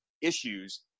issues